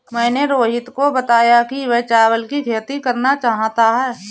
मैंने रोहित को बताया कि वह चावल की खेती करना चाहता है